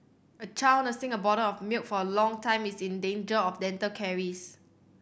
a child nursing a bottle of milk for a long time is in danger of dental caries